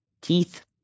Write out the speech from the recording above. teeth